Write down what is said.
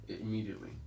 Immediately